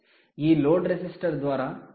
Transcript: ఈ load resistor ద్వారా current ప్రవహిస్తోంది